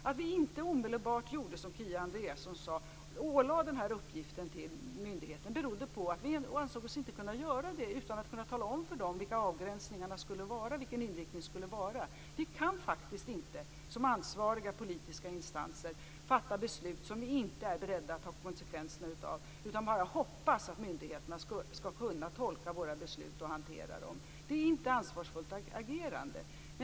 Att vi inte omedelbart gjorde som Kia Andreasson sade och ålade myndigheten den här uppgiften berodde på att vi inte ansåg oss kunna göra det utan att kunna tala om vilka avgränsningarna skulle vara och vilken inriktningen skulle vara. Vi kan faktiskt inte som ansvariga politiska instanser fatta beslut som vi inte är beredda att ta konsekvenserna av utan bara hoppas att myndigheterna skall kunna tolka och hantera. Det är inte ett ansvarsfullt agerande.